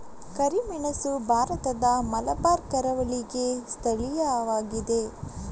ಕರಿಮೆಣಸು ಭಾರತದ ಮಲಬಾರ್ ಕರಾವಳಿಗೆ ಸ್ಥಳೀಯವಾಗಿದೆ